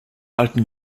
alten